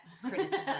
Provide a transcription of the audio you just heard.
criticism